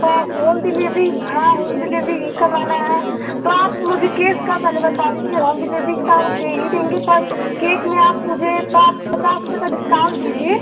पा home delivery हाँ home delivery ही करवाना है तो आप मुझे केक का पहले बता दीजिए होम डिलीवरी का आप दे ही देंगे पर केक में आप मुझे पाँच पचास रुपये का डिस्काउंट दीजिए